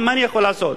מה אני יכול לעשות?